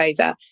over